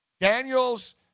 Daniels